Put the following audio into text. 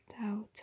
out